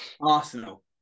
Arsenal